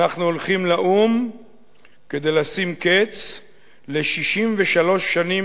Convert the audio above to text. אנחנו הולכים לאו"ם כדי לשים קץ ל-63 שנים